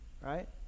Right